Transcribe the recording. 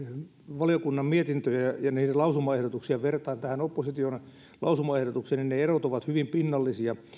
valiokunnan mietintöjä ja niiden lausumaehdotuksia vertaan tähän opposition lausumaehdotukseen ne ne erot ovat hyvin pinnallisia